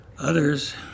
Others